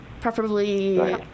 preferably